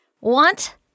want